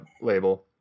label